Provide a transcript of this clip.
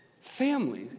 family